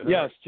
Yes